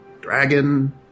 dragon